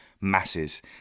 MASSES